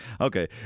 okay